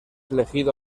elegido